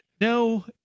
No